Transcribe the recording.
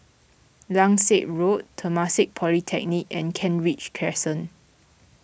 Langsat Road Temasek Polytechnic and Kent Ridge Crescent